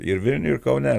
ir vilniuj ir kaune